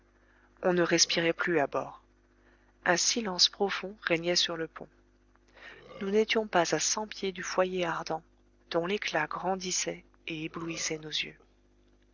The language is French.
on ne respirait plus à bord un silence profond régnait sur le pont nous n'étions pas à cent pieds du foyer ardent dont l'éclat grandissait et éblouissait nos yeux